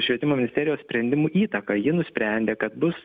švietimo ministerijos sprendimų įtaka ji nusprendė kad bus